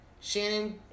Shannon